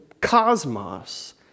cosmos